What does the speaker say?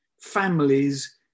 families